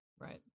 right